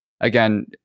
again